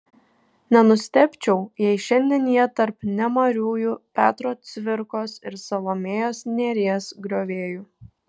nenustebčiau jei šiandien jie tarp nemariųjų petro cvirkos ir salomėjos nėries griovėjų